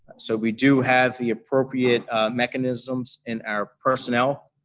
so, we do have the appropriate mechanisms in our personnel